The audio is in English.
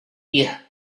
year